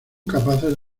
capaces